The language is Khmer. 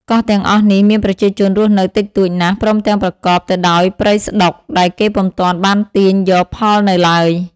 កោះទាំងអស់នេះ មានប្រជាជនរស់នៅតិចតួចណាស់ ព្រមទាំងប្រកប ទៅដោយព្រៃស្តុក ដែលគេពុំទាន់បានទាញយកផលនៅឡើយ ។